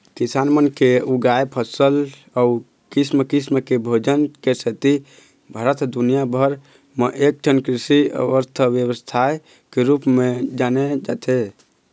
किसान मन के उगाए फसल अउ किसम किसम के भोजन के सेती भारत ह दुनिया भर म एकठन कृषि अर्थबेवस्था के रूप म जाने जाथे